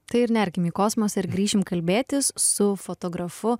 tai ir nerkim į kosmosą ir grįšim kalbėtis su fotografu